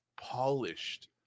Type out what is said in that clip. polished